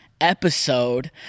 episode